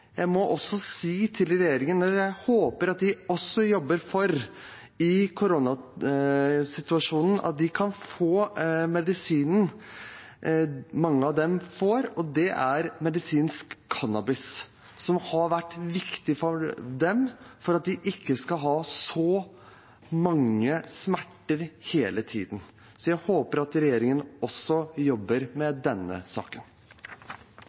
Jeg må også si til regjeringen at jeg håper de også, i koronasituasjonen, jobber for at disse kan få den medisinen mange av dem får, og det er medisinsk cannabis. Det har vært viktig for dem for at de ikke skal ha så mange smerter hele tiden. Så jeg håper at regjeringen også jobber med denne saken.